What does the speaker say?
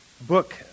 book